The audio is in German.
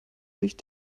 sich